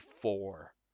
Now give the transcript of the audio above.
four